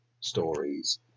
stories